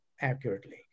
accurately